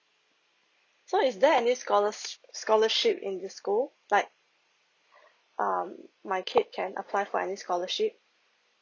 so is there any scholars scholarship in this school like um my kid can apply for any scholarship